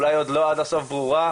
אולי עוד לא עד הסוף ברורה.